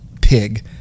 Pig